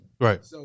Right